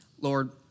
Lord